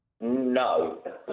No